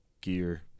gear